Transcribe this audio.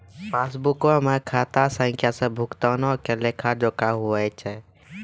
पासबुको मे खाता संख्या से भुगतानो के लेखा जोखा होय छै